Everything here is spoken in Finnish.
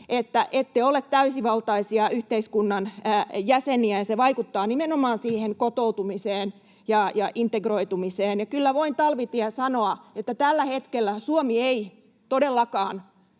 että ette ole täysivaltaisia yhteiskunnan jäseniä, ja se vaikuttaa nimenomaan siihen kotoutumiseen ja integroitumiseen. Kyllä voin, Talvitie, sanoa, että tällä hetkellä Suomi ei todellakaan,